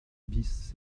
bis